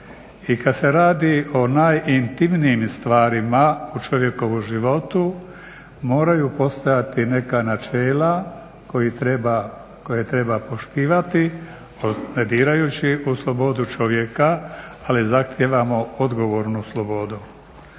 I kad se radi o najintimnijim stvarima u čovjekovu životu moraju postojati neka načela koje treba poštivati ne dirajući u slobodu čovjeka ali zahtijevamo odgovornu slobodu.